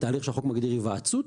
בתהליך שהחוק מגדיר היוועצות,